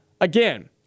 again